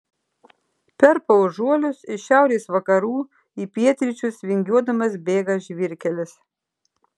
per paužuolius iš šiaurės vakarų į pietryčius vingiuodamas bėga žvyrkelis